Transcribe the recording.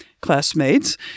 classmates